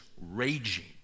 raging